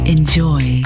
Enjoy